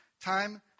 time